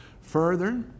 Further